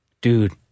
dude